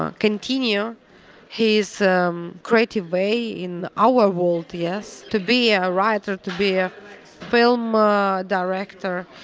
um continue his um creative way in our world. yes. to be a writer, to be a film ah director.